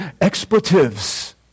expletives